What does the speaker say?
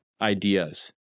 ideas